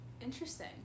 interesting